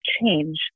change